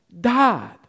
died